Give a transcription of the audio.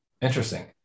Interesting